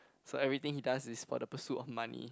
so everything he does is for the pursuit of money